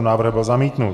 Návrh byl zamítnut.